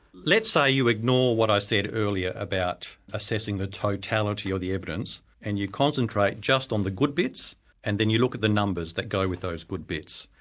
let's say you ignore what i said earlier about assessing the totality or the evidence and you concentrate just on the good bits and then you look at the numbers that go with those good bits.